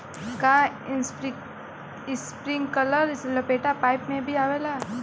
का इस्प्रिंकलर लपेटा पाइप में भी आवेला?